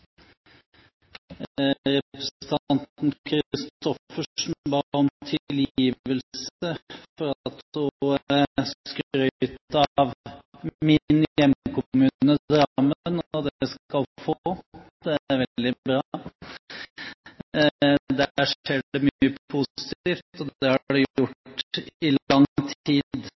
Representanten Christoffersen ba om tilgivelse for at hun skrøt av min hjemkommune Drammen, og det skal hun få. Det er veldig bra. Der skjer det mye positivt, og det har det gjort i lang tid.